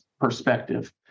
perspective